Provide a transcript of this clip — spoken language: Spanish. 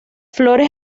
flores